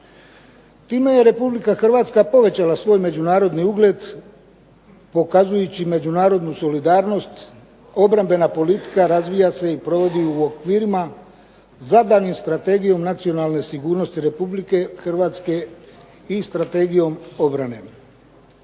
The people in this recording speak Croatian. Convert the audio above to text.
Time je Republika Hrvatska povećala svoj međunarodni ugled pokazujući međunarodnu solidarnost. Obrambena politika razvija se i provodi u okviru zadanim Strategijom nacionalne sigurnosti Republike Hrvatske i Strategijom obrane.